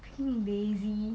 lazy